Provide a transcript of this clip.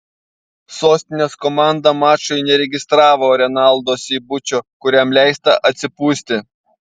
sostinės komanda mačui neregistravo renaldo seibučio kuriam leista atsipūsti